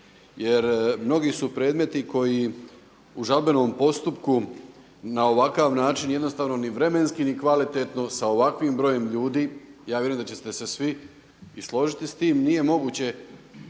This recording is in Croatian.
jer mnogi su predmeti koji u žalbenom postupku na ovakav način jednostavno ni vremenski, ni kvalitetno sa ovakvim brojem ljudi – ja vjerujem da ćete se svi i složiti s tim – nije moguće